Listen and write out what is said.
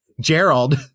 Gerald